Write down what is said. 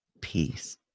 peace